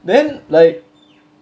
then like